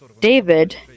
David